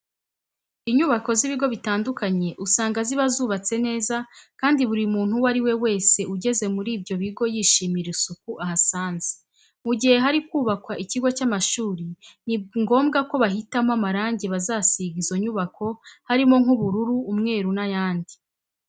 Inyubako z'ibigo bitandukanye usanga ziba zubatse neza kandi buri muntu uwo ari we wese ugeze muri ibyo bigo yishimira isuku ahasanze. Mu gihe hari kubakwa ikigo cy'amashuri ni ngombwa ko bahitamo amarange bazasiga izo nyubako harimo nk'ubururu, umweru n'ayandi.